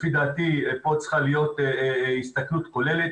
לפי דעתי פה צריכה להיות הסתכלות כוללת